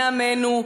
בני עמנו,